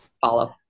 follow